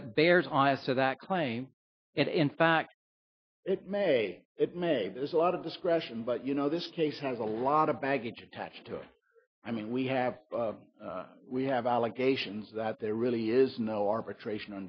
that bears on as to that claim and in fact it may it may there's a lot of discretion but you know this case has a lot of baggage attached to it i mean we have we have allegations that there really is no arbitration